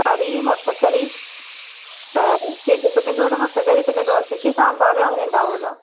കറി മുട്ട കറി ആ ഇടിയപ്പത്തിൻ്റെ കൂടെ മുട്ട കറി പിന്നെ ദോശയ്ക്ക് സാംബാറ് അങ്ങനെ ഉണ്ടാകുമല്ലോ